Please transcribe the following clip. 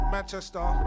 Manchester